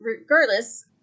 regardless